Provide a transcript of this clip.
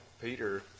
Peter